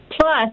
Plus